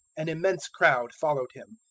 an immense crowd following him,